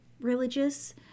religious